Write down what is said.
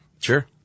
Sure